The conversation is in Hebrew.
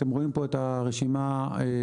אתם רואים פה את הרשימה לפניכם.